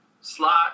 slot